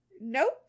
Nope